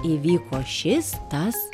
įvyko šis tas